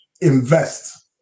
invest